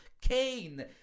Kane